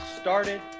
started